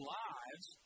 lives